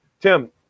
Tim